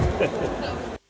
Hvala.